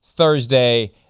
Thursday